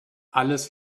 alles